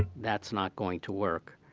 that's not going to work.